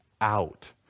out